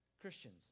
Christians